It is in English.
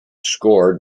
scored